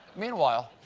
meanwhile,